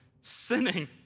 sinning